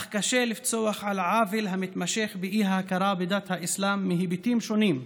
אך קשה לפסוח על העוול המתמשך באי-הכרה בדת האסלאם מהיבטים שונים: